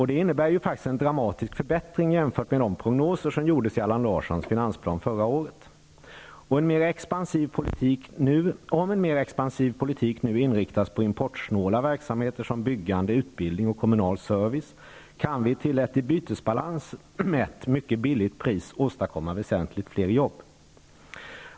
Det innebär en dramatisk förbättring i förhållande till de prognoser som gjordes i Allan Larssons finansplan förra året. Om en mer expansiv politik nu inriktas på importsnåla verksamheter som byggande, utbildning och kommunal service, kan vi till ett i bytesbalans mätt mycket billigt pris åstadkomma väsentligt fler jobb.